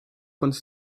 uns